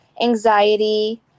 anxiety